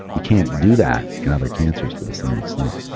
you can't do that in other cancers to the same extent.